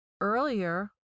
earlier